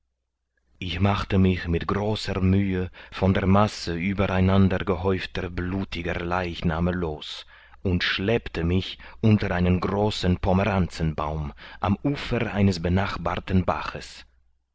ich machte mich mit großer mühe von der masse über einander gehäufter blutiger leichname los und schleppte mich unter einen großen pomeranzenbaum am ufer eines benachbarten baches